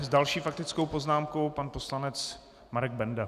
S další faktickou poznámkou pan poslanec Marek Benda.